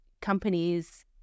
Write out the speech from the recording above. companies